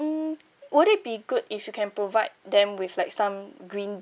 mm would it be good if you can provide them with like some green